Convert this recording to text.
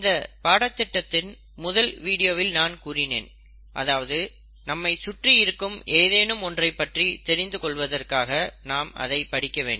இந்த பாடத்திட்டத்தில் முதல் வீடியோவில் நான் கூறினேன் அதாவது நம்மை சுற்றி இருக்கும் ஏதேனும் ஒன்றைப் பற்றி தெரிந்து கொள்வதற்காக நாம் படிக்க வேண்டும்